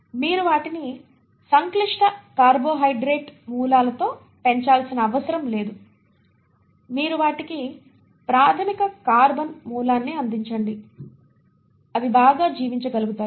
మీరు వాటిని సంక్లిష్ట కార్బోహైడ్రేట్ మూలాలతో పెంచాల్సిన అవసరం లేదు మీరు వాటికి ప్రాథమిక కార్బన్ మూలాన్ని అందించండి అవి బాగా జీవించగలుగుతాయి